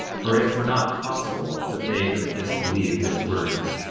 for it were not possible that they could disbelieve his words,